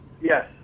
Yes